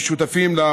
תספר לנו מה